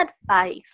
advice